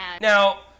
Now